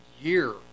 year